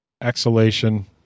exhalation